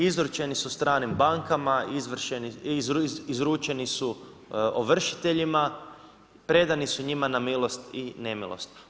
Izručeni su stranim bankama, izručeni su ovršiteljima, predani su njima na milost i nemilost.